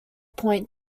point